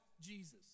Jesus